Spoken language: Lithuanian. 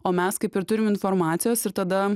o mes kaip ir turim informacijos ir tada